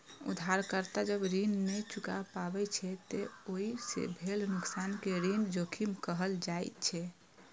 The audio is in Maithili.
उधारकर्ता जब ऋण नै चुका पाबै छै, ते ओइ सं भेल नुकसान कें ऋण जोखिम कहल जाइ छै